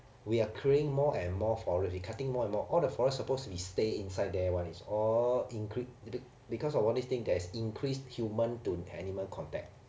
we are clearing more and more forest cutting more and more all the forest supposed to be stay inside there [one] is all increase because of all this thing that is increased human to animal contact